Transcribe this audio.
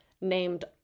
named